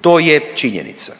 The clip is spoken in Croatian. To je činjenica